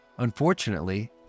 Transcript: Unfortunately